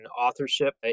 authorship